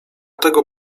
tego